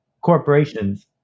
corporations